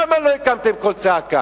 למה לא הקמתם קול צעקה?